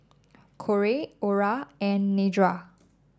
Corey Ora and Nedra